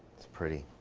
it's pretty.